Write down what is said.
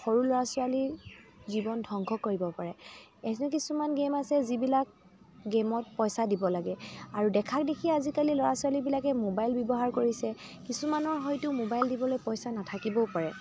সৰু ল'ৰা ছোৱালীৰ জীৱন ধ্ৱংশ কৰিব পাৰে এনে কিছুমান গেম আছে যিবিলাক গেমত পইচা দিব লাগে আৰু দেখাক দেখি আজিকালি ল'ৰা ছোৱালীবিলাকে মোবাইল ব্যৱহাৰ কৰিছে কিছুমানৰ হয়তো মোবাইল দিবলৈ পইচা নাথাকিবও পাৰে